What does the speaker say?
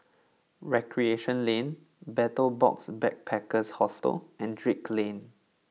Recreation Land Betel Box Backpackers Hostel and Drake Lane